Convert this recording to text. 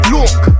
Look